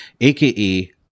aka